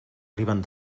arriben